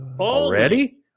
Already